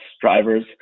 drivers